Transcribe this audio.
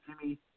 Jimmy